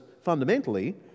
fundamentally